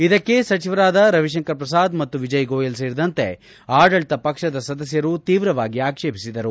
ಇದಕ್ಕೆ ಸಚಿವರಾದ ರವಿಶಂಕರ್ ಪ್ರಸಾದ್ ಮತ್ತು ವಿಜಯ್ಗೋಯಲ್ ಸೇರಿದಂತೆ ಆಡಳಿತ ಪಕ್ಷದ ಸದಸ್ಟರು ತೀವ್ರವಾಗಿ ಆಕ್ಷೇಪಿಸಿದರು